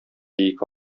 ике